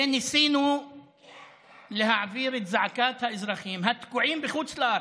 וניסינו להעביר את זעקת האזרחים התקועים בחוץ לארץ,